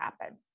happen